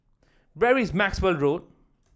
where is Maxwell Road